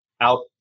out